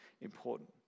important